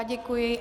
Děkuji.